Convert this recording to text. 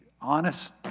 honest